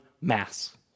mass